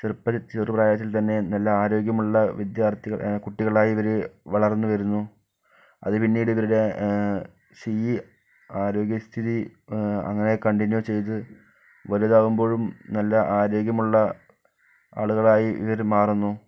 ചെറുപ്പ ചെറുപ്രായത്തിൽ തന്നെ നല്ല ആരോഗ്യമുള്ള വിദ്യാർത്ഥികൾ കുട്ടികളായി ഇവര് വളർന്നു വരുന്നു അത് പിന്നീട് ഇവരുടെ സ്ഥിതി ആരോഗ്യസ്ഥിതി അങ്ങനെ കണ്ടിന്യൂ ചെയ്ത് വലുതാവുമ്പോഴും നല്ല ആരോഗ്യമുള്ള ആളുകളായി ഇവര് മാറുന്നു